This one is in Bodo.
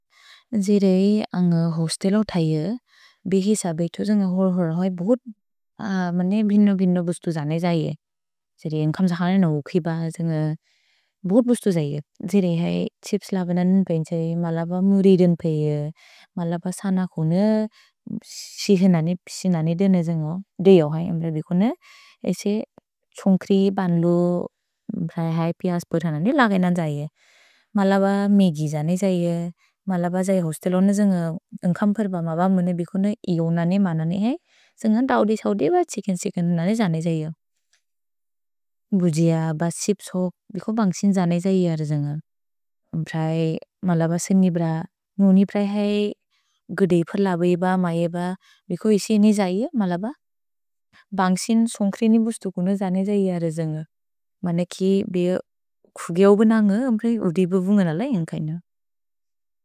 जिरै अन्ग होस्तेल उतैअ, बेहिस बेतु, जन्ग होर् होर् होइ, बोगुत् भिन्नो भिन्नो बुस्तु जने जये। जिरै एन्कम्सखलिन हुखिब, जन्ग बोगुत् बुस्तु जये। जिरै है छिप्स् लबनन् पेन्जे, मलब मुरि देन्पे इअ। मलब सन खुन, शिहिन ने, पिशिन ने देन जन्ग, देयो है अम्रे बिकुन। एसे छोन्क्रि, बन्दु, ब्रै है, पियज् पोतन ने लगेन जये। मलब मेगि जने जये, मलब जये होस्तेलोन जन्ग एन्कम्सखलिन, मबमुने बिकुन इओन ने, मन ने है, जन्गन् दव्दि सव्दि ब त्सेकेन् त्सेकेन् नने जने जये। भुजिअ, ब छिप्स् हुक्, बिको बन्ग्सिन् जने जये अर जन्ग। भ्रै, मलब सिनिब्र, न्गुनि ब्रै है गदेइ फलबै ब, मये ब, बिको इसि ने जये मलब। भन्ग्सिन् सोन्क्रि नि बुस्तु खुन जने जये अर जन्ग। मन कि बिअ खुगिऔ बनन्ग अम्रे उदि बबुन्ग नलै एन्ग्कैन।